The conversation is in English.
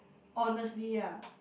honestly ah